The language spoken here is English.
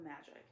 magic